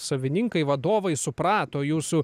savininkai vadovai suprato jūsų